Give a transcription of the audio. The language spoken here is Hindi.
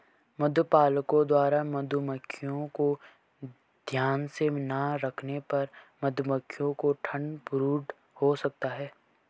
मधुपालकों द्वारा मधुमक्खियों को ध्यान से ना रखने पर मधुमक्खियों को ठंड ब्रूड हो सकता है